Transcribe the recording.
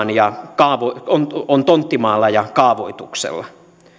on myös tonttimaalla ja kaavoituksella